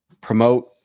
promote